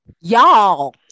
Y'all